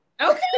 okay